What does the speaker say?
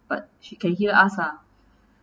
but she can hear us ah